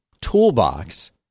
toolbox